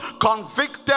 convicted